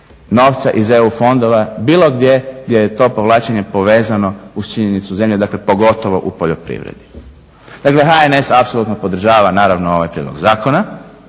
novca iz EU fondova bilo gdje je to povlačenje povezano uz činjenicu zemlje, dakle pogotovo u poljoprivredi. Dakle HNS apsolutno podržava ovaj prijedlog zakona.